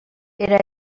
era